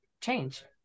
change